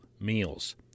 meals